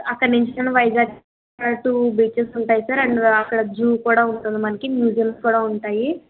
అక్కడ నుంచి మనం వైజాగ్ టూ బీచెస్ ఉంటాయి సార్ అండ్ అక్కడ జూ కూడా ఉంటుంది మనకు మ్యూజియంస్ కూడా ఉంటాయి